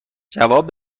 جواب